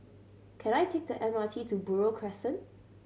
can I take the M R T to Buroh Crescent